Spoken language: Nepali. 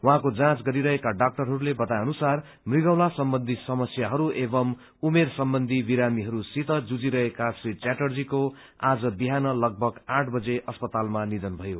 उहाँको जाँच गरिरहेका डाक्टरहरूले बताए अनुसार मृगौला सम्बन्धी समस्याहरू एवं उमेर सम्बनधी विमारीहरूसित जुझिरहेका श्री च्याटर्जीको आज विहान लगभग आठ बजे अस्पतालमा निधन भयो